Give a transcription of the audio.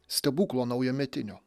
stebuklo naujametinio